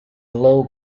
low